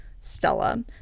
Stella